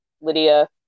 Lydia